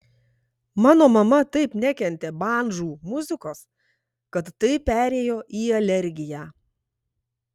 mano mama taip nekentė bandžų muzikos kad tai perėjo į alergiją